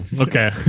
Okay